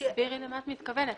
תסבירי מה את מתכוונת.